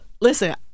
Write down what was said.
listen